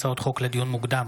הצעות חוק לדיון מוקדם,